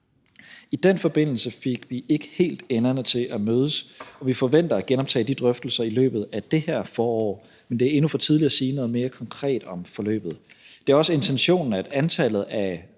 I den forbindelse fik vi ikke helt enderne til at mødes, og vi forventer at genoptage de drøftelser i løbet af det her forår, men det er endnu for tidligt at sige noget mere konkret om forløbet. Det er også intentionen, at antallet af